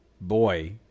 boy